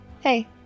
hey